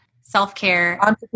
self-care